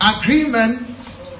Agreement